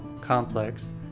complex